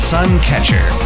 Suncatcher